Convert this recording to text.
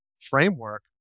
framework